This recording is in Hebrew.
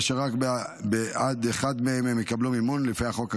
אשר רק בעד אחד מהם הם יקבלו מימון לפי החוק הקיים.